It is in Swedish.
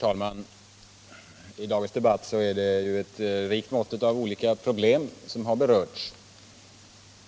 Herr talman! I dagens debatt har ett rikt mått av olika problem berörts.